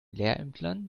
lehrämtlern